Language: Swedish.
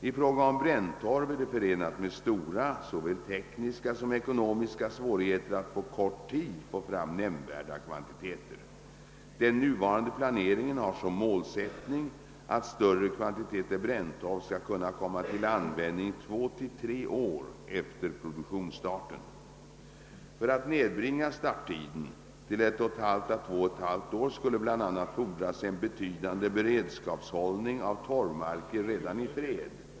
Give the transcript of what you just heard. I fråga om bränntorv är det förenat med stora såväl tekniska som ekonomiska svårigheter att på kort tid få fram nämnvärda kvantiteter. Den nuvarande planeringen har som målsättning att större kvantiteter bränntorv skall kunna komma till användning 2—3 år efter produktionsstarten. För att nedbringa starttiden till 11 > år skulle bl.a. fordras en betydande beredskapshållning av torvmarker redan i fred.